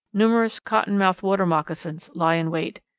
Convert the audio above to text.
numerous cotton-mouthed water-moccasins lie in wait.